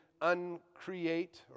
uncreate